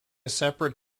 separate